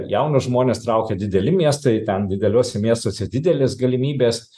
jaunus žmones traukia dideli miestai ten dideliuose miestuose didelės galimybės